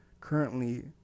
currently